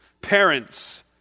parents